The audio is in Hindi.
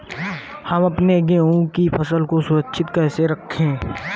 हम अपने गेहूँ की फसल को सुरक्षित कैसे रखें?